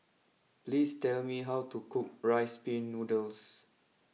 please tell me how to cook Rice Pin Noodles